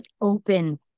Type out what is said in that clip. open